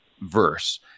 verse